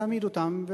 להעמיד אותם,